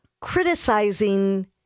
criticizing